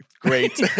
Great